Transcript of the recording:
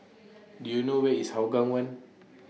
Do YOU know Where IS Hougang one